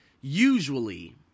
Usually